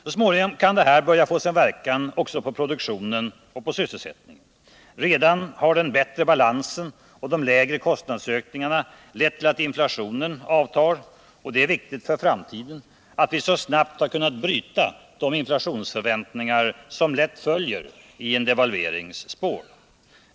Så småningom kan det här börja få sin verkan också på produktionen och sysselsättningen. Redan har den bättre balansen och de lägre kostnadsökningarna lett till att inflationen avtar. Och det är viktigt för framtiden att vi så snabbt har kunnat bryta de inflationsförväntningar som lätt följer i en devalverings spår.